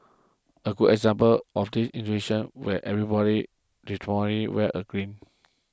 a good example of the institution where everybody wears a green